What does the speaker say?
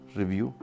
review